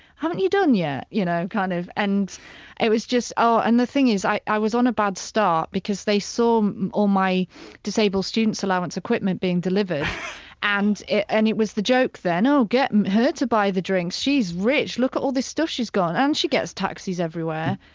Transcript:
haven't you done yet, you know, kind of. and it was just oh and the thing is i i was on a bad start because they saw all my disabled students allowance equipment being delivered and and it was the joke then oh get her to buy the drinks, she's rich, look at all this stuff she's got and she gets taxis everywhere.